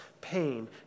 pain